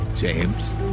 James